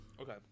Okay